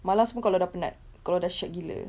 malas pun kalau dah penat kalau dah shag gila